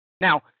Now